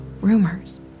rumors